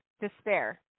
despair